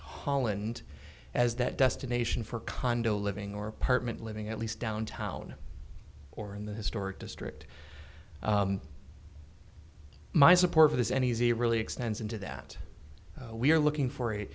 holland as that destination for condo living or apartment living at least downtown or in the historic district my support for this any easier really extends into that we're looking for a